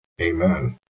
Amen